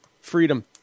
freedom